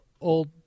old